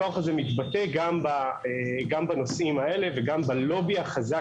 הכוח הזה מתבטא גם בנושאים האלה וגם בלובי החזק